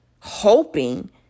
hoping